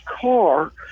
car